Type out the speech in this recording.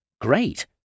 Great